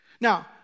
Now